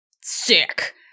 Sick